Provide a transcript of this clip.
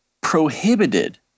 prohibited